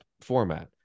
format